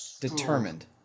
Determined